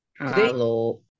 hello